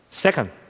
Second